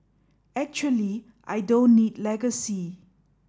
actually I don't need legacy